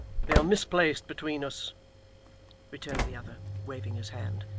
they are misplaced between us returned the other, waving his hand,